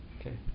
Okay